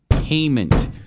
Payment